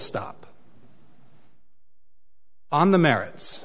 stop on the merits